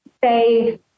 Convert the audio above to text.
say